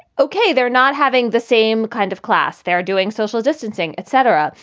ok, they're not having the same kind of class. they're doing social distancing, etc.